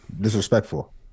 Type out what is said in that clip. Disrespectful